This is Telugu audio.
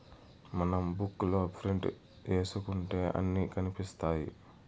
మనం బుక్ లో ప్రింట్ ఏసుకుంటే అన్ని కనిపిత్తాయి